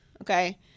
okay